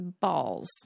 balls